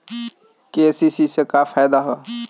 KCC से का फायदा ह?